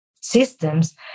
systems